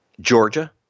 Georgia